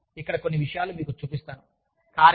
మరలా ఇక్కడ కొన్ని విషయాలను మీకు చూపిస్తాను